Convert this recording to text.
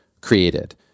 created